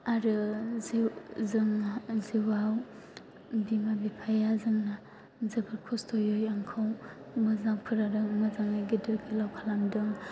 आरो जिउआव बिमा बिफाया जोंना जोबोद खस्थ'यै आंखौ मोजां फोरोंदों मोजाङै गिदिर गोलाव खालामदों